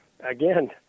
again